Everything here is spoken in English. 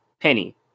Penny